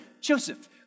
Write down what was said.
Joseph